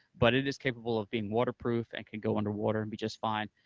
but it is capable of being waterproof, and can go underwater and be just fine.